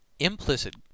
Implicit